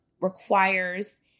requires